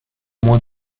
moins